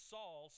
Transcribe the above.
Saul